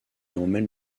emmène